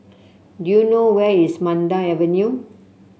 do you know where is Mandai Avenue